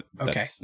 okay